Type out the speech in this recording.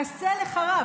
עשה לך רב.